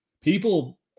people